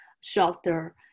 shelter